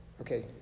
Okay